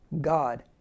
God